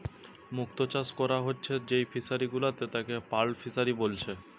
মুক্ত চাষ কোরা হচ্ছে যেই ফিশারি গুলাতে তাকে পার্ল ফিসারী বলছে